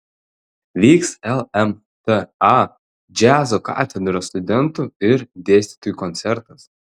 vyks lmta džiazo katedros studentų ir dėstytojų koncertas